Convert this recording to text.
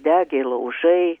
degė laužai